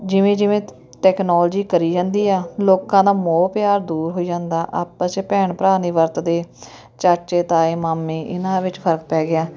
ਜਿਵੇਂ ਜਿਵੇਂ ਟੈਕਨੋਲਜੀ ਕਰੀ ਜਾਂਦੀ ਆ ਲੋਕਾਂ ਦਾ ਮੋਹ ਪਿਆਰ ਦੂਰ ਹੋ ਜਾਂਦਾ ਆਪਸ 'ਚ ਭੈਣ ਭਰਾ ਨਹੀਂ ਵਰਤਦੇ ਚਾਚੇ ਤਾਏ ਮਾਮੇ ਇਹਨਾਂ ਵਿੱਚ ਫਰਕ ਪੈ ਗਿਆ